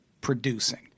producing